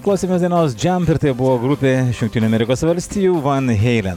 klausymas dienos džiamp ir tai buvo grupė iš jungtinių amerikos valstijų van heilen